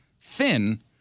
thin